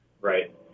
Right